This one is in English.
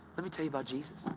let me tell you about jesus.